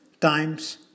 times